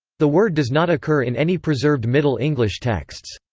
the word does not occur in any preserved middle english texts.